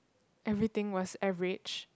everything was average